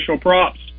props